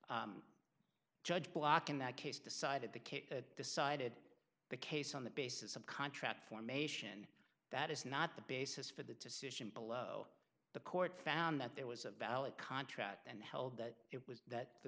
case judge clark in that case decided the case decided the case on the basis of contract formation that is not the basis for the decision below the court found that there was a valid contract and held that it was that the